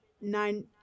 nine